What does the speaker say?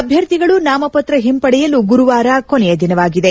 ಅಭ್ಲರ್ಥಿಗಳು ನಾಮಪತ್ರ ಹಿಂಪಡೆಯಲು ಗುರುವಾರ ಕಡೆಯ ದಿನವಾಗಿದೆ